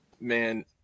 Man